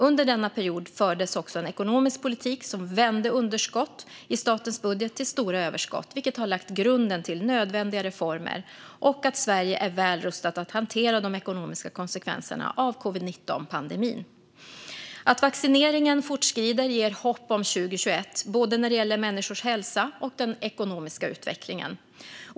Under denna period fördes också en ekonomisk politik som vände underskott i statens budget till stora överskott, vilket har lagt grunden till nödvändiga reformer och att Sverige är väl rustat att hantera de ekonomiska konsekvenserna av covid-19-pandemin. Att vaccineringen fortskrider ger hopp om 2021, både när det gäller människors hälsa och den ekonomiska utvecklingen.